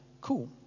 cool